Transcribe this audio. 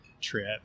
trip